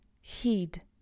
heed